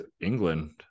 England